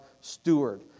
steward